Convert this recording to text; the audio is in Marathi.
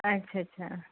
अच्छा अच्छा